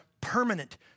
permanent